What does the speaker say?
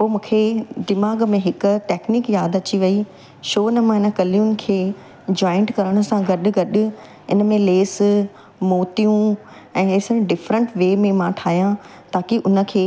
पोइ मूंखे दिमाग़ में हिक टैक्नीक यादि अची वई छो न मां हिन कलियुनि खे जॉइंट करण सां गॾु गॾु इन में लेस मोतियूं ऐं इहे सभु डिफ्रैंट वे में मां ठाहियां ताकी उन खे